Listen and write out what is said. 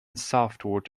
southward